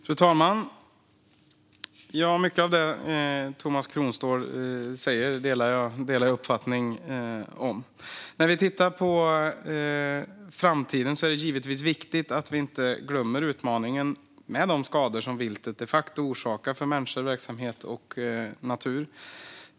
Fru talman! Mycket av det som Tomas Kronståhl säger delar vi uppfattning om. När vi tittar på framtiden är det givetvis viktigt att vi inte glömmer utmaningen med de skador som viltet de facto orsakar för människor, verksamhet och natur.